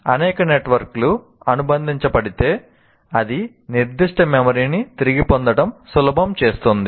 అనేక నెట్వర్క్ లు అనుబంధించబడితే అది నిర్దిష్ట మెమరీని తిరిగి పొందడం సులభం చేస్తుంది